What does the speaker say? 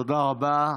תודה רבה.